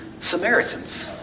Samaritans